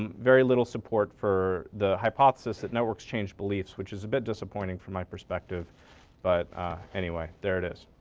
um very little support for the hypothesis that networks change beliefs, which is a bit disappointing for my perspective but anyway, there it is.